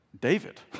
David